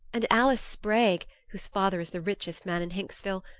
and alice sprague, whose father is the richest man in hinksville,